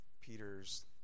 Peter's